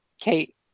Kate